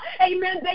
Amen